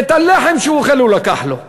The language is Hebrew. את הלחם שהוא אוכל הוא לקח לו.